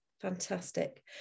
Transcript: Fantastic